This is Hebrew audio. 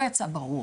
לא יצא ברור,